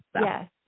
Yes